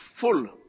Full